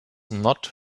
not